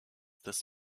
this